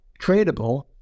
tradable